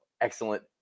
excellent